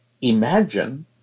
imagine